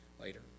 later